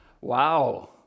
wow